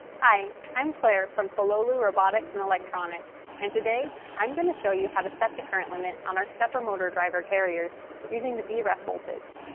hi, i'm claire from pololu robotics and electronics, and today i'm going to show you how to set the current limit on our stepper motor driver carriers using the the vref voltage.